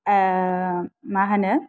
होनो